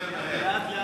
והשר מדבר מהר.